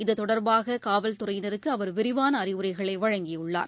இதுதொடர்பாக காவல்துறையினருக்குஅவர் விரிவானஅறிவுரைகளைவழங்கியுள்ளார்